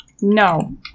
No